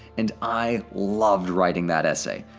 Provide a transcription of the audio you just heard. and i loved writing that essay.